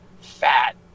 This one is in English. fat